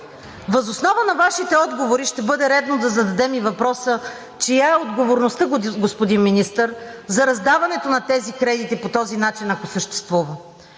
Въз основа на Вашите отговори ще бъде редно да зададем и въпроса: чия е отговорността, господин Министър, за раздаването на тези кредити по този начин, ако съществува?